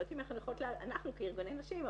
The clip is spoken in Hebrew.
שאנחנו כארגוני נשים,